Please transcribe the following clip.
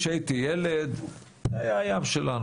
כשהייתי ילד ים המלח היה הים שלנו,